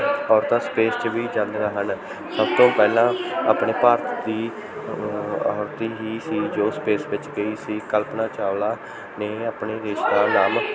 ਔਰਤਾਂ ਸਪੇਸ 'ਚ ਵੀ ਜਾਂਦੀਆਂ ਹਨ ਸਭ ਤੋਂ ਪਹਿਲਾਂ ਆਪਣੇ ਭਾਰਤ ਦੀ ਔਰਤ ਹੀ ਸੀ ਜੋ ਸਪੇਸ ਵਿੱਚ ਗਈ ਸੀ ਕਲਪਨਾ ਚਾਵਲਾ ਨੇ ਆਪਣੇ ਦੇਸ਼ ਦਾ ਨਾਮ